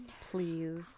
please